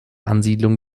ansiedlung